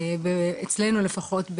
אצלנו לפחות,